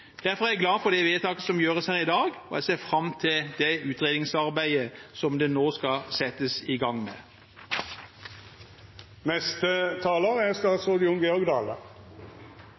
jeg glad for det vedtaket som gjøres her i dag, og jeg ser fram til det utredningsarbeidet som nå skal settes i gang.